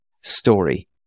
story